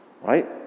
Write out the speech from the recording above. Right